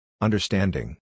Understanding